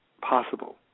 possible